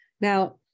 Now